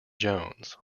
jones